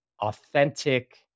authentic